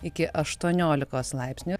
iki aštuoniolikos laipsnių